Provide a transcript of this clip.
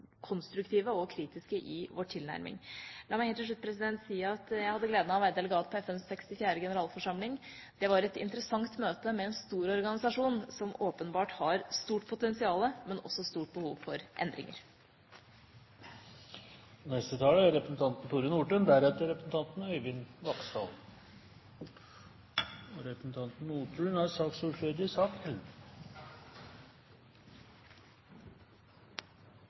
konstruktive og kritiske i vår tilnærming. La meg helt til slutt si at jeg hadde gleden av å være delegat på FNs 64. generalforsamling. Det var et interessant møte med en stor organisasjon, som åpenbart har et stort potensial, men også et stort behov for endringer. Nå er ikke denne årsrapporten den mest omfangsrike – det er